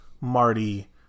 Marty